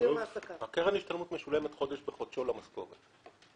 קרן ההשתלמות משולמת חודש בחודשו למשכורת.